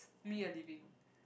me a living